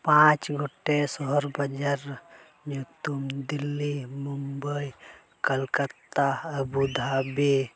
ᱯᱟᱸᱪ ᱜᱚᱴᱮᱱ ᱥᱚᱦᱚᱨ ᱵᱟᱡᱟᱨ ᱧᱩᱛᱩᱢ ᱫᱤᱞᱞᱤ ᱢᱩᱢᱵᱟᱭ ᱠᱳᱞᱠᱟᱛᱟ ᱟᱹᱵᱩᱫᱷᱟᱵᱤ